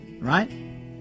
Right